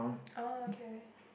oh okay